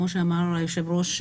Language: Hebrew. כמו שאמר היושב ראש,